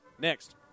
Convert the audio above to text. Next